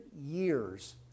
years